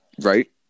right